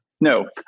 No